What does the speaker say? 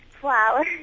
flower